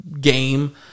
game